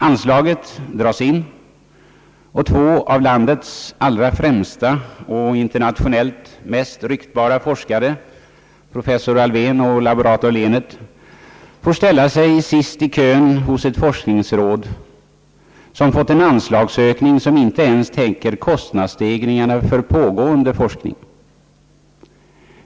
Anslaget dras in och två av landets allra främsta och internationellt mest kända forskare, professor Alfvén och laborator Lehnert får ställa sig sist i kön hos ett forskningsråd, som fått en anslagsökning som inte ens täcker kostnadsstegringarna för pågående forskning.